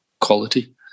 quality